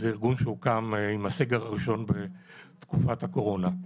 זה ארגון שהוקם עם הסגר הראשון בתקופת הקורונה.